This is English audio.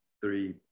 three